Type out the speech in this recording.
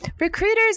recruiters